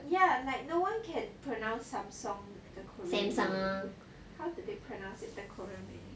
ya like no one can pronounces samsung the same cause they pronounce it the korean way